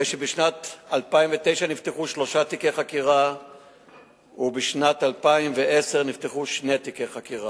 בשנת 2009 נפתחו שלושה תיקי חקירה ובשנת 2010 נפתחו שני תיקי חקירה.